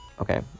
Okay